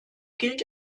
gilt